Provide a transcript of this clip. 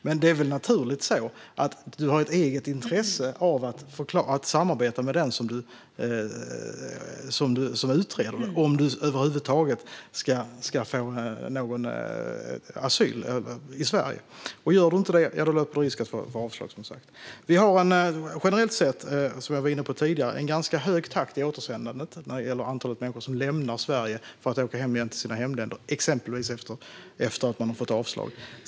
Men det är väl naturligt på det sättet att man har ett eget intresse av att samarbeta med den som utreder om man ska få asyl i Sverige. Gör man inte det löper man, som sagt, risk att få ett avslag. Som jag var inne på tidigare har vi en ganska hög takt i återsändandet när det gäller antalet människor som lämnar Sverige för att åka tillbaka till sina hemländer, exempelvis efter att de har fått avslag.